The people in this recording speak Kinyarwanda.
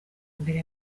mbere